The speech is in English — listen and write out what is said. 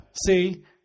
See